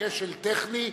כשל טכני.